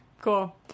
Cool